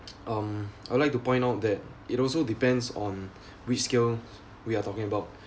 um I would like to point out that it also depends on which scale we are talking about